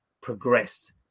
progressed